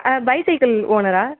bicycle ஓனரா